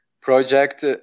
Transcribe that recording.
project